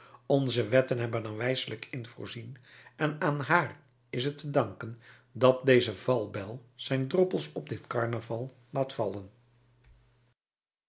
onze wetten hebben er wijselijk in voorzien en aan haar is het te danken dat deze valbijl zijn droppels op dit carnaval laat vallen